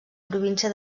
província